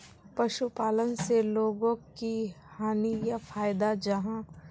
पशुपालन से लोगोक की हानि या फायदा जाहा?